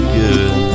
good